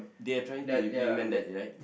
they are trying to implement that right